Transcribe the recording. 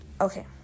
Okay